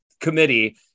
committee